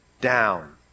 down